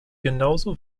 genauso